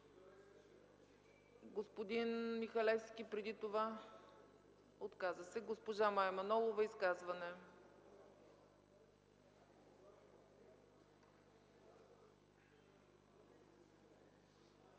Господин Михалевски – отказва се. Госпожа Мая Манолова – изказване.